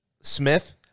Smith